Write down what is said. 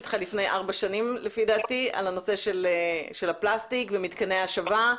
איתך לפני ארבע שנים על הנושא של הפלסטיק ומתקני השבה.